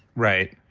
right.